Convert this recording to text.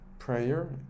Prayer